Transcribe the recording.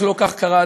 אך לא כך קרה,